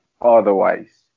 otherwise